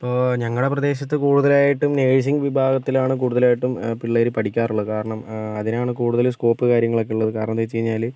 ഇപ്പോൾ ഞങ്ങളുടെ പ്രദേശത്ത് കൂടുതലായിട്ടും നഴ്സിംഗ് വിഭാഗത്തിലാണ് കൂടുതലായിട്ടും പിള്ളേര് പഠിക്കാറുള്ളത് കാരണം അതിനാണ് കൂടുതല് സ്കോപ്പ് കാര്യങ്ങളൊക്ക ഉള്ളത് കാരണം എന്ന് വെച്ച് കഴിഞ്ഞാല്